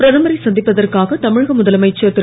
பிரதமரை சந்திப்பதற்காக தமிழக முதலமைச்சர் திரு